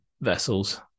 vessels